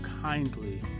kindly